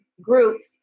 groups